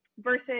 Versus